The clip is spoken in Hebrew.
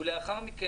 ולאחר מכן,